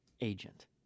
agent